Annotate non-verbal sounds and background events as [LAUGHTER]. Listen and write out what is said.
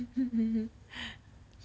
[LAUGHS]